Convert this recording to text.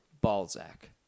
Balzac